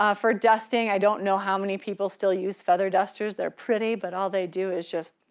um for dusting i don't know how many people still use feather dusters. they're pretty, but all they do is just